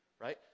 Right